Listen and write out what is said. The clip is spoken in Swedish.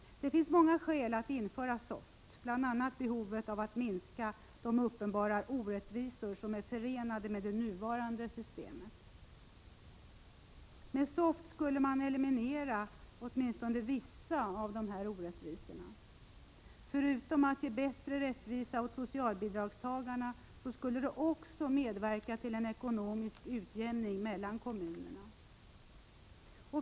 Det finns många skäl att införa SOFT, bl.a. behovet av att minska de uppenbara orättvisor som är förenade med det nuvarande systemet. Med SOFT skulle man eliminera åtminstone vissa av dessa orättvisor. Förutom att ge bättre rättvisa åt socialbidragstagarna skulle det kunna medverka till en ekonomisk utjämning mellan kommunerna.